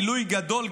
עילוי גדול,